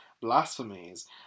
Blasphemies